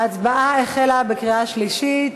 ההצבעה החלה, בקריאה שלישית.